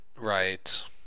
right